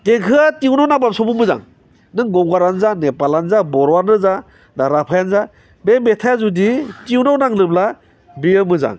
देंखोआ टिउनाव नांबा सबबो मोजां नों गंगारानो जा नेपालानो जा बर'आनो जा ना राभायानो जा बे मेथाइआ जुदि टिउनाव नाङोब्ला बेयो मोजां